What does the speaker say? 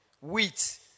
Wheat